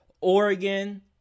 Oregon